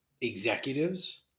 executives